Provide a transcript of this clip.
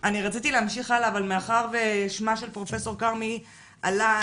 מאחר ששמה של פרופ' כרמי עלה,